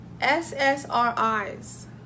ssri's